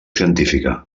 científica